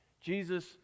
Jesus